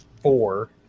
four